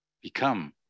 Become